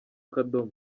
akadomo